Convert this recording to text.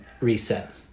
reset